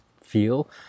feel